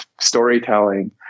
storytelling